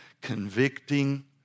convicting